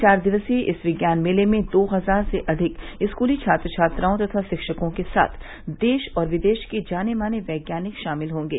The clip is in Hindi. चार दिक्सीय इस विज्ञान मेले में दो हजार से अधिक स्कूली छात्र छात्राओं तथा शिक्षकों के साथ देश और विदेश के जाने माने र्वज्ञानिक शामिल हॉगे